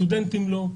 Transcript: סטודנט לא,